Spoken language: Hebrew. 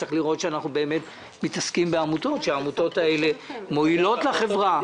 צריך לראות שאנחנו באמת מתעסקים בעמותות שמועילות לחברה.